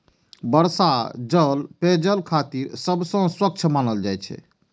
वर्षा जल पेयजल खातिर सबसं स्वच्छ मानल जाइ छै